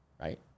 right